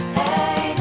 hey